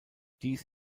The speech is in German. dies